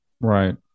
Right